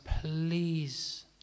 please